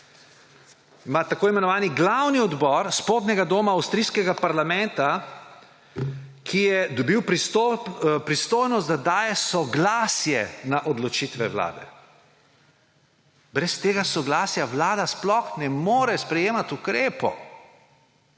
ima tako imenovani glavni odbor spodnjega doma avstrijskega parlamenta, ki je dobil pristojnost, da daje soglasje na odločitve vlade. Brez tega soglasja vlada sploh ne more sprejemati ukrepov.